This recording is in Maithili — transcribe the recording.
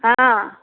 हँ